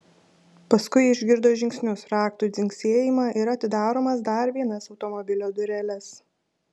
paskui išgirdo žingsnius raktų dzingsėjimą ir atidaromas dar vienas automobilio dureles